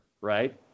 right